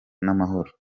n’amahoro